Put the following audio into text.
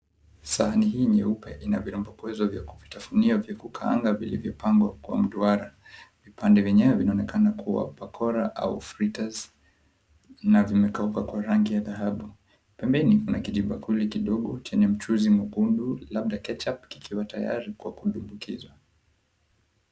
Sahani hii nyeupe ina vidombekwezo vya kuvitafunia vya kukaanga vilivyopangwa mduara vipande vyenyewe vinaonekana kua pakora au friters na vimekauka kwa rangi ya dhahabu. Pembeni kuna kijibakuli kidogo chenye mchuzi mwekundu labda ketchup kikiwa tayari kwa kudumbukizwa.